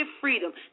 freedom